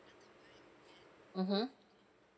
mmhmm